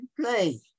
play